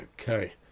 Okay